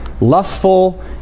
lustful